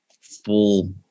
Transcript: full